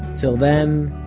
till then,